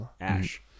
Ash